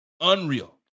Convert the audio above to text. Unreal